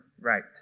Right